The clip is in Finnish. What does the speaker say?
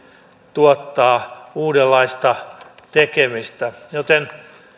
tuottaa uudenlaista tekemistä joten